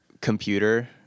computer